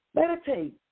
Meditate